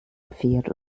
pferd